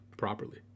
Properly